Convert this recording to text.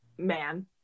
man